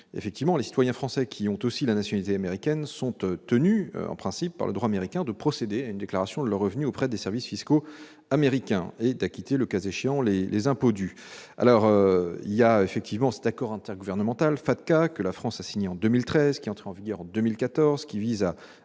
américain. Les citoyens français qui ont aussi la nationalité américaine sont tenus, en principe, par le droit américain de procéder à une déclaration de leurs revenus auprès des services fiscaux américains et d'acquitter, le cas échéant, les impôts dus. L'accord intergouvernemental FATCA, que la France a signé en 2013 et qui est entré en vigueur en 2014, vise à